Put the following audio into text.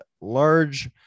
large